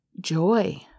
joy